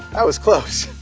was close.